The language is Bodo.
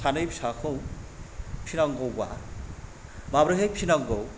सानै फिसाखौ फिनांगौबा माब्रैहाय फिनांगौ